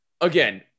again